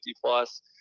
plus